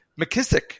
McKissick